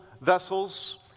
vessels